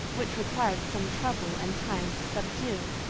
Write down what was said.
which required some trouble and time to subdue.